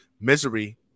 misery